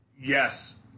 yes